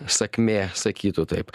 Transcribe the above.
sakmė sakytų taip